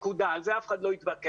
על זה אף אחד לא יתווכח.